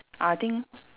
I think